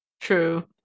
true